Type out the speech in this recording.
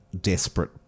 desperate